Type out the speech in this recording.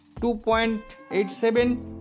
2.87